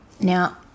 Now